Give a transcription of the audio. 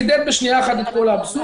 הוא חידד בשנייה אחת את כל האבסורד.